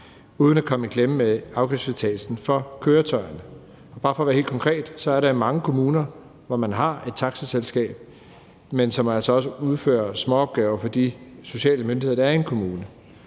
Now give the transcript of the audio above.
uden at komme i klemme med afgiftsfritagelsen for køretøjerne. Bare for at være helt konkret kan jeg sige, at der er mange kommuner, hvor man har et taxaselskab, som altså også udfører småopgaver for de sociale myndigheder, der er i en kommune,